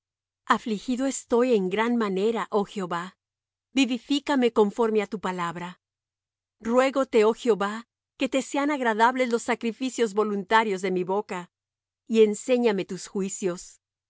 afligido estoy en gran manera oh jehová vivifícame conforme á tu palabra ruégote oh jehová te sean agradables los sacrificios voluntarios de mi boca y enséñame tus juicios de